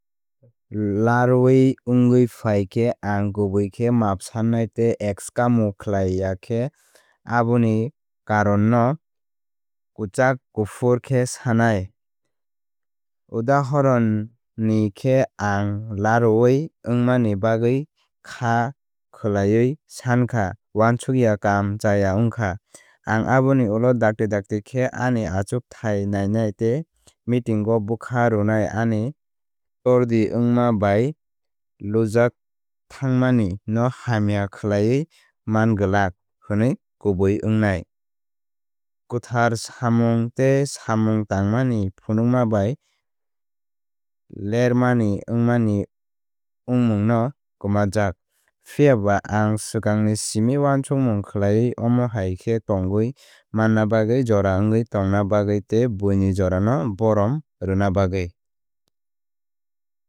Laroui wngwi phai khe ang kubui khe maap sannai tei exckamo khlai ya khe aboni karon no kwchak kuphur khe sanai. Udhaharani khe ang laroui wngmani bagwi kha khwlaiwi sankha uansukya kam chaya wngkha. Ang aboni ulo dakti dakti khe ani achukthai nainai tei meetingo bwkha rwnai ani tardi wngma bai lujakthangmani no hamya khlaiwi man glak hwnwi kubui wngnai. Kwthar samung tei samung tangmani phunukma bai larmani wngmani wngmung no kwmajak. Phiyaba ang swkangni simi wansukmung khlaiwi omo hai khe tongwi manna bagwi jora wngwi tongna bagwi tei buini jora no borom rwna bagwi.